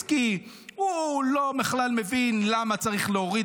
-- הוא בכלל לא מבין למה צריך להוריד